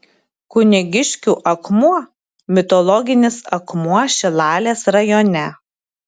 kunigiškių akmuo mitologinis akmuo šilalės rajone